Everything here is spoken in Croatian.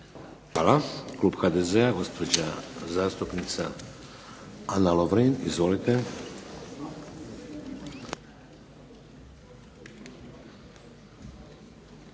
Hvala. Klub HDZ-a, gospođa zastupnica Ana Lovrin. Izvolite.